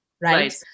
right